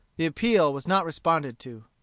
the appeal was not responded to.